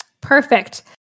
Perfect